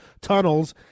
tunnels